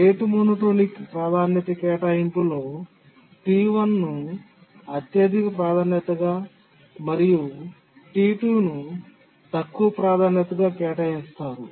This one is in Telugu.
రేటు మోనోటోనిక్ ప్రాధాన్యత కేటాయింపులో T1 ను అత్యధిక ప్రాధాన్యతగా మరియు T2 ను తక్కువ ప్రాధాన్యతగా కేటాయించారు